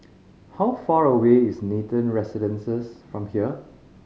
how far away is Nathan Residences from here